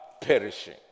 perishing